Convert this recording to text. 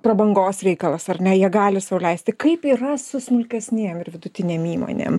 prabangos reikalas ar ne jie gali sau leisti kaip yra su smulkesnėm ir vidutinėm įmonėm